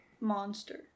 Monster